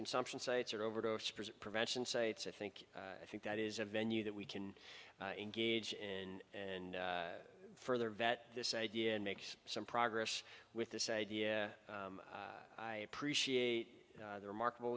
consumption sites or over the prevention sites i think i think that is a venue that we can engage in and further vet this idea and makes some progress with this idea i appreciate the remarkable